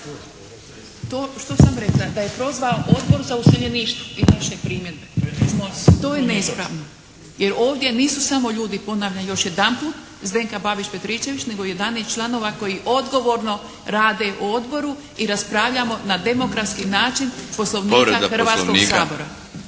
To što sam rekla, da je prozvao Odbor za useljeništvo … /Ne razumije se./ … to je neispravno. Jer ovdje nisu samo ljudi ponavljam još jedanput, Zdenka Babić Petričević nego 11 članova koji odgovorno rade u Odboru i raspravljamo na demokratski način Poslovnika Hrvatskog sabora.